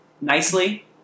nicely